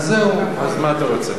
אז זהו, אז מה אתה רוצה.